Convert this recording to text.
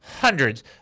Hundreds